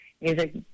music